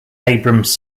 abrams